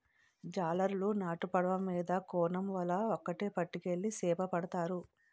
జాలరులు నాటు పడవ మీద కోనేమ్ వల ఒక్కేటి పట్టుకెళ్లి సేపపడతారు